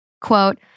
quote